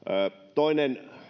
toinen